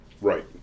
right